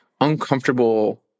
uncomfortable